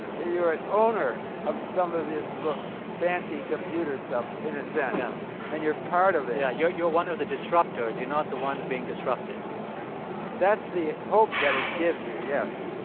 you're you're an owner of some of this fancy computer stuff in a sense yeah and you're part of it yeah, you're you're one of the disruptors you're not the ones being disrupted that's the hope that it gives you. yes